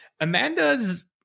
amanda's